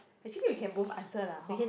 actually we can both answer lah hor